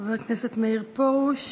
חבר הכנסת מאיר פרוש,